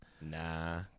Nah